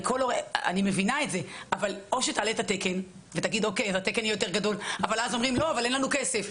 אני מבינה את זה אבל אם אי אפשר להעלות את התקן כי אומרים שאין כסף,